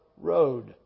road